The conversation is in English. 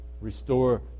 restore